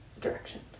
direction